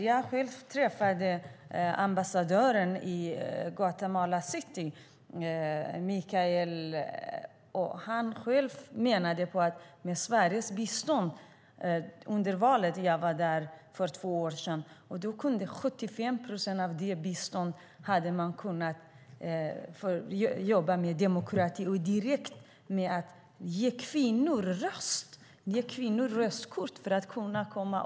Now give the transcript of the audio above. Jag träffade ambassadören i Guatemala City när jag var där för två år sedan. Han menade att under valet gick 75 procent av Sveriges bistånd till demokratiarbete och till att ge kvinnor röstkort så att de kunde rösta.